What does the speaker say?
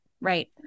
right